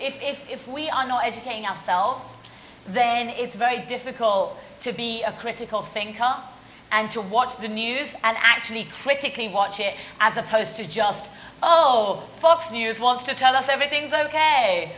to if we are not educating ourselves then it's very difficult to be a critical thinker and to watch the news and actually critically watch it as opposed to just oh fox news wants to tell us everything's ok